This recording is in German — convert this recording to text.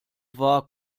war